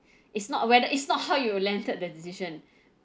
it's not whether it's not how you landed the decision